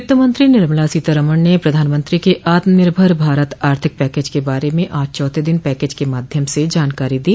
वित्तमंत्री निर्मला सीतारमण ने पधानमंत्री क आत्मनिर्भर भारत आर्थिक पैकेज के बारे में आज चौथे दिन पैकेज के माध्यम से जानकारी दी